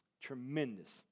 Tremendous